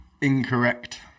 Incorrect